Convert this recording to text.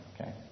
okay